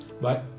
Bye